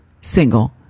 single